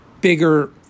bigger